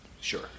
Sure